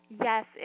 yes